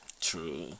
True